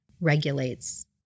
regulates